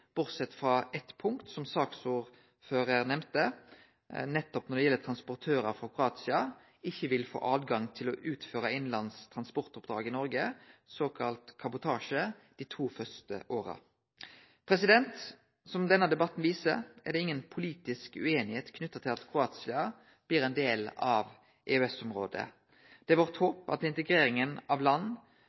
bortsett frå på eitt punkt, som saksordføraren nemnde: Transportørar frå Kroatia vil ikkje få tilgjenge til å utføre innanlands transportoppdrag i Noreg, såkalla kabotasje, dei to første åra. Som denne debatten viser, er det ingen politisk ueinigheit knytt til at Kroatia blir ein del av EØS-området. Det er vårt håp at integreringa av land